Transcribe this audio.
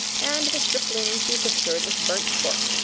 and the striplings bewhiskered with burnt cork,